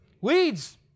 Weeds